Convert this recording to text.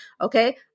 Okay